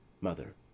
Mother